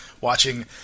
Watching